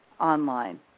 online